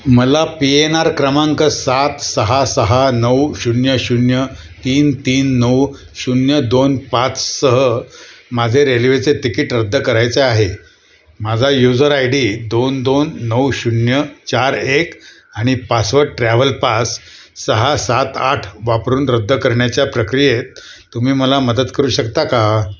मला P N R क्रमांक सात सहा सहा नऊ शून्य शून्य तीन तीन नऊ शून्य दोन पाचसह माझे रेल्वेचे तिकीट रद्द करायचे आहे माझा युजर आय डी दोन दोन नऊ शून्य चार एक आणि पासवर्ड ट्रॅवलपास सहा सात आठ वापरून रद्द करण्याच्या प्रक्रियेत तुम्ही मला मदत करू शकता का